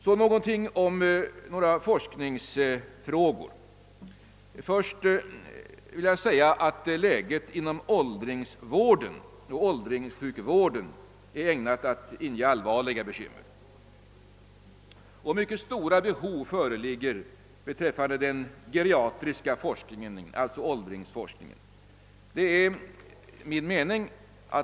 Vidare vill jag beröra några forskningsfrågor. Först vill jag säga att läget inom åldringsvården och åldringssjukvården är ägnat att inge allvarliga bekymmer. Mycket stora behov föreligger beträffande den geriatriska forskningen, alltså åldringsforskningen.